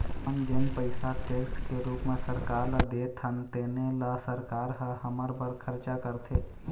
हमन जेन पइसा टेक्स के रूप म सरकार ल देथन तेने ल सरकार ह हमर बर खरचा करथे